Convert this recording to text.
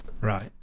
Right